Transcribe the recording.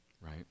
right